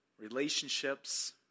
Relationships